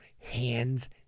hands